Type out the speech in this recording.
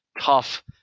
tough